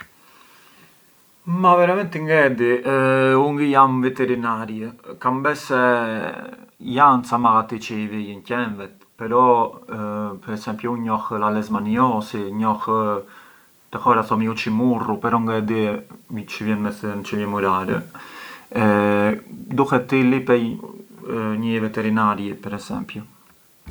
Ma veramenti ngë e di u ngë jam veterinarj, kam bes se janë ca mallati çë i vijën qenvet però per esempi u njoh a leishmaniosi njo, te hora thomi u çimurru, però ngë e di çë vje më thënë, çë vjemurar, i duhej të i lipej njëi veterinari per esempiu.